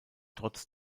trotz